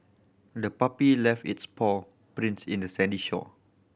the puppy left its paw prints in the sandy shore